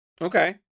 Okay